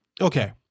Okay